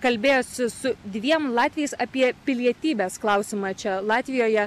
kalbėjosi su dviem latviais apie pilietybės klausimą čia latvijoje